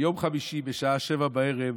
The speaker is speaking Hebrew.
ביום חמישי בשעה 19:00,